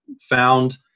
found